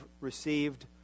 received